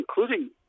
including